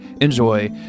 enjoy